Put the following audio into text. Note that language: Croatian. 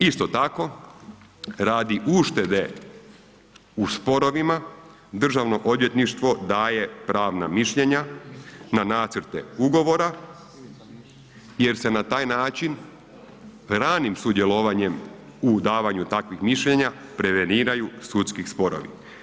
Isto tako radi uštede u sporovima, državno odvjetništvo daje pravna mišljenja na nacrte ugovora jer se na taj način ranim sudjelovanjem u davanju takvih mišljenja preveniraju sudski sporovi.